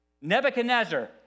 Nebuchadnezzar